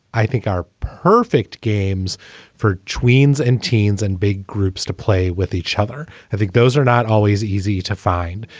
i think are perfect games for tweens and teens and big groups to play with each other. i think those are not always easy to find.